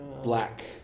Black